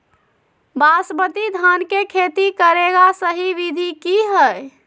बासमती धान के खेती करेगा सही विधि की हय?